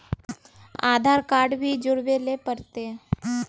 आधार card भी जोरबे ले पड़ते?